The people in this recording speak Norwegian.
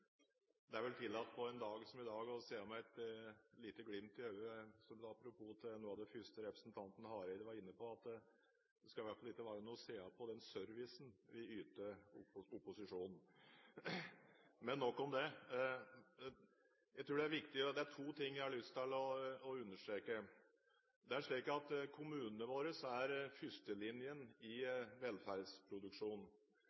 Det er vel tillatt på en dag som i dag å si med et lite glimt i øyet, som et apropos til noe av det første representanten Hareide var inne på, at det skal i hvert fall ikke være noe å si på den servicen vi yter opposisjonen. – Men nok om det. Det er to ting jeg har lyst til å understreke. Det er slik at kommunene våre er førstelinjen